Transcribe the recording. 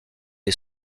est